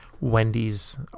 Wendy's